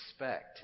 respect